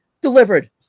delivered